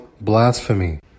blasphemy